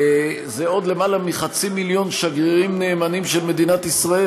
זה עוד יותר מחצי מיליון שגרירים נאמנים של מדינת ישראל,